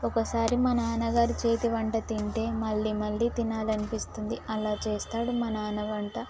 ఒక్కోసారి మా నాన్నగారు చేతి వంట తింటే మళ్ళీ మళ్ళీ తినాలని అనిపిస్తుంది అలా చేస్తాడు మా నాన్న వంట